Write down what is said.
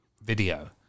video